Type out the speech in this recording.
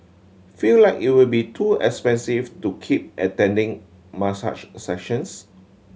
feel like it will be too expensive to keep attending massage sessions